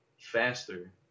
faster